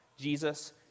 Jesus